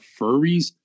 furries